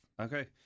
Okay